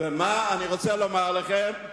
ומה אני רוצה לומר לכם?